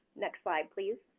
next slide please.